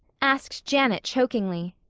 asked janet chokingly.